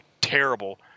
terrible